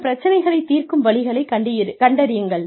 இந்த பிரச்சனைகளைத் தீர்க்கும் வழிகளைக் கண்டறியுங்கள்